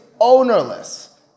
ownerless